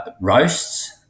roasts